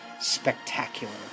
spectacular